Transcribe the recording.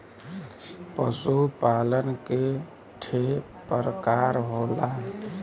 पशु पालन के ठे परकार होला